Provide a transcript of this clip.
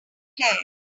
hair